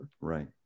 Right